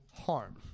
harm